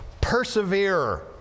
persevere